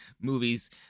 movies